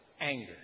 anger